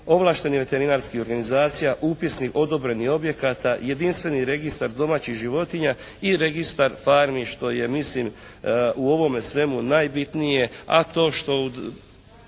Ovlaštenih veterinarskih organizacija, upisnik odobrenih objekata, jedinstveni registar domaćih životinja i registar farmi što je mislim u ovome svemu najbitnije a to što